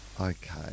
Okay